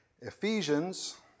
Ephesians